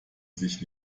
sich